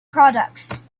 products